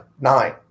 nine